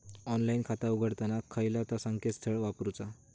Online खाता उघडताना खयला ता संकेतस्थळ वापरूचा?